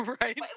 Right